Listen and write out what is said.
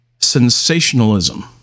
sensationalism